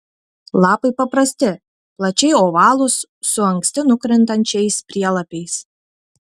lapai paprasti plačiai ovalūs su anksti nukrintančiais prielapiais